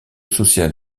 social